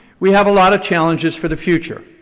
we have a lot of challenges for the future.